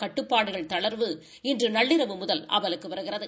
கட்டுப்பாடுகள் தளர்வு இன்று நள்ளிரவு முதல் அமலுக்கு வருகிறது